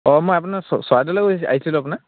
অঁ মই আপোনাৰ চৰাইদেউৰ আহিছিলোঁ আপোনাৰ